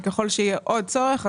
ככל שיהיה עוד צורך,